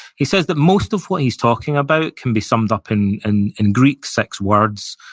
he says that most of what he's talking about can be summed up in and in greek, six words,